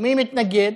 ומי מתנגד?